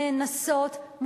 נאנסות,